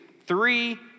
three